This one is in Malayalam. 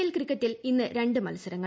എൽ ക്രിക്കറ്റിൽ ഇന്ന് രണ്ട് മത്സരങ്ങൾ